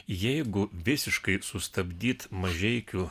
jeigu visiškai sustabdyt mažeikių